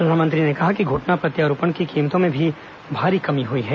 प्रधानमंत्री ने कहा कि घटना प्रत्यारोपण की कीमतों में भी भारी कमी हई है